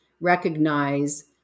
recognize